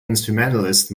instrumentalist